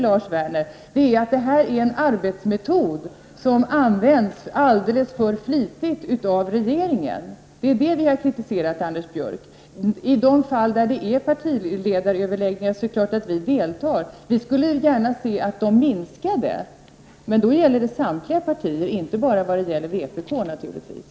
Lars Werner, är att detta är en arbetsmetod som används alldeles för flitigt av regeringen. I de fall det är partiledaröverläggningar är det klart att vi deltar. Vi skall gärna se till att antalet minskar. Men då gäller det samtliga partier, naturligtvis inte bara vpk.